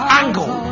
angle